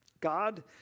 God